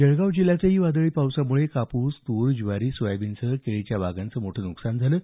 जळगाव जिल्ह्यातही वादळी पावसामुळे कापूस तूर ज्वारी सोयाबीनसह केळीच्या बागांचं मोठं नुकसान झालं आहे